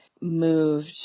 moved